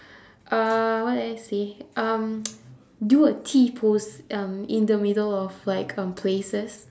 uh what do I say um do a t-pose um in the middle of like um places